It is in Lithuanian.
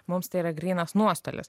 mums tai yra grynas nuostolis